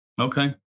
Okay